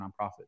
nonprofits